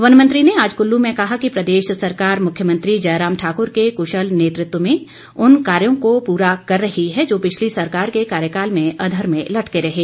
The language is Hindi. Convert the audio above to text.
वन मंत्री ने आज कुल्लू में कहा कि प्रदेश सरकार मुख्यमंत्री जयराम ठाकुर के कुशल नेतृत्व में उन कार्यो को पूरा कर रही है जो पिछली सरकार के कार्यकाल में अधर में लटके रहें